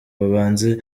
babanze